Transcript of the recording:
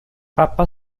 pappa